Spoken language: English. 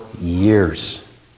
years